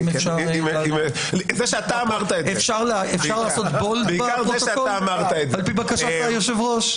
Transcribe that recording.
אפשר לעשות בולד בפרוטוקול על פי בקשת היושב-ראש?